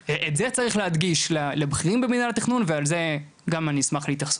את זה צריך להדגיש לבכירים במנהל התכנון ולזה גם אני אשמח להתייחסות.